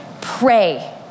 pray